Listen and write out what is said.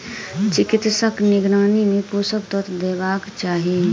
चिकित्सकक निगरानी मे पोषक तत्व देबाक चाही